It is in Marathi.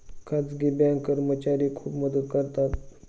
खाजगी बँक कर्मचारी खूप मदत करतात